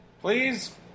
Please